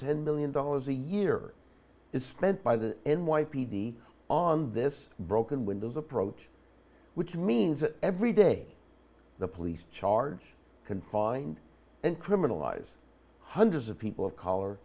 ten million dollars a year is spent by the n y p d on this broken windows approach which means that every day the police charge can find and criminalize hundreds of people of color